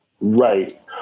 Right